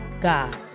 God